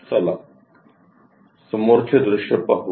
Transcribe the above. चला समोरचे दृश्य पाहू